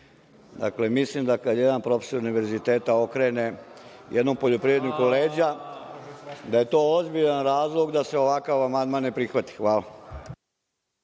Dakle, mislim, kada jedan profesor na univerzitetu okrene jednom poljoprivredniku leđa, da je to ozbiljan razlog da se ovakav amandman ne prihvati. Hvala.